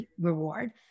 reward